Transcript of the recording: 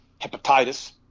hepatitis